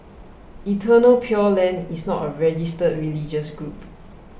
Eternal Pure Land is not a registered religious group